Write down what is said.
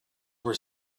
were